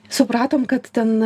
supratom kad ten